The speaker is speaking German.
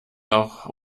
auch